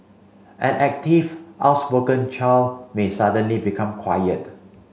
an active outspoken child may suddenly become quiet